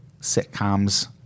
sitcoms